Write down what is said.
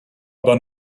bör